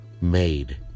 made